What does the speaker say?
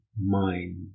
mind